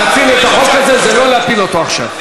להציל את החוק הזה זה לא להפיל אותו עכשיו.